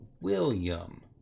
William